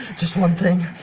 just one thing.